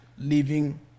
Living